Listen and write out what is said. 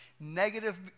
Negative